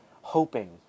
hoping